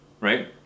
right